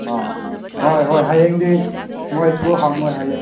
ꯑꯣ ꯍꯣꯏ ꯍꯣꯏ ꯍꯌꯦꯡꯗꯤ ꯃꯣꯏ ꯁ꯭ꯀꯨꯜ ꯍꯥꯡꯉꯣꯏ ꯍꯥꯏꯌꯦ